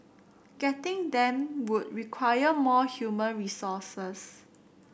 getting them would require more human resources